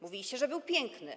Mówiliście, że był piękny.